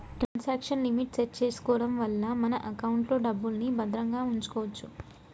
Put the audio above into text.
transaction limit set చేసుకోడం వల్ల మన ఎకౌంట్లో డబ్బుల్ని భద్రంగా వుంచుకోచ్చు